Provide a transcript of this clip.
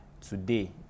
today